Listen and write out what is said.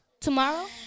Tomorrow